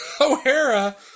O'Hara